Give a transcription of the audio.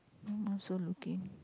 I also looking